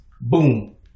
Boom